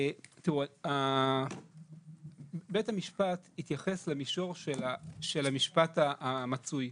תיראו, בית המשפט התייחס למישור של המשפט המצוי.